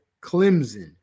Clemson